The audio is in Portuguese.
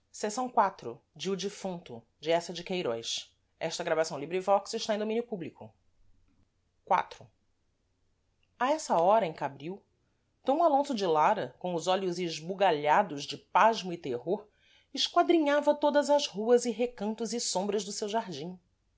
seu coração daria entrada a pensamento que viesse do mundo e do mal iv a essa hora em cabril d alonso de lara com os olhos esbugalhados de pasmo e terror esquadrinhava todas as ruas e recantos e sombras do seu jardim